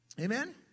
Amen